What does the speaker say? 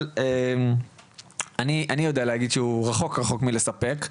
אבל אני יודע להגיד שהוא רחוק רחוק מלספק.